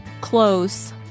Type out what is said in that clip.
close